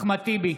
אחמד טיבי,